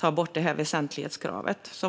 att väsentlighetskravet ska tas bort.